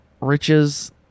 riches